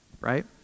right